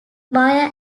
maya